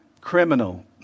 criminal